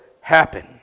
happen